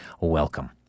welcome